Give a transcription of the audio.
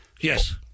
Yes